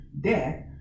death